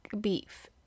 beef